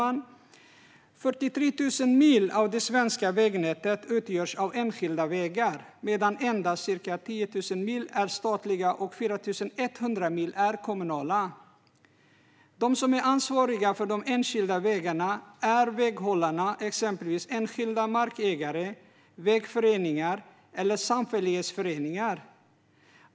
Enskilda vägar utgör 43 000 mil av det svenska vägnätet, medan endast cirka 10 000 mil är statliga och 4 100 mil kommunala. De som är ansvariga för de enskilda vägarna är väghållarna, exempelvis enskilda markägare, vägföreningar eller samfällighetsföreningar.